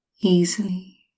easily